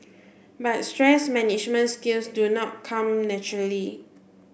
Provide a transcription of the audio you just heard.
but stress management skills do not come naturally